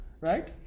right